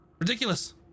Ridiculous